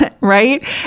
right